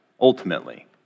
ultimately